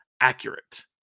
accurate